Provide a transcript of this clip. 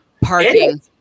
Parking